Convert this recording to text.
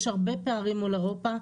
יש הרבה פערים מול אירופה,